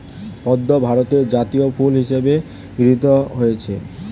পদ্ম ভারতের জাতীয় ফুল হিসেবে গৃহীত হয়েছে